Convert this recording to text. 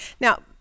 Now